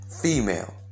female